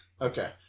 Okay